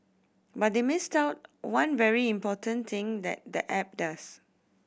but they missed out one very important thing that the app does